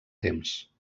temps